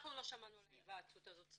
אנחנו לא שמענו על ההיוועצות הזאת.